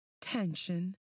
tension